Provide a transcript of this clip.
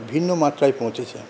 ভিন্ন মাত্রায় পৌঁছেছে